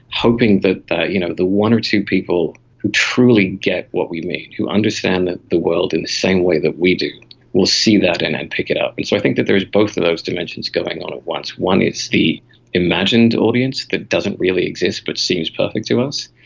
hoping that you know the one or two people who truly get what we mean, who understand the world in the same way that we do will see that and and pick it up. and so i think that there is both of those dimensions going on at once. one is the imagined audience that doesn't really exist but seems perfect to us,